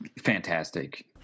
fantastic